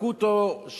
זרקו אותו לשנה,